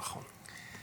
נכון.